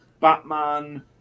Batman